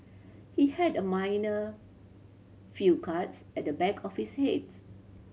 he had a minor few cuts at the back of his heads